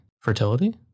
Fertility